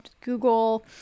Google